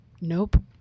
Nope